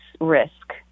risk